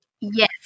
Yes